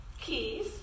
keys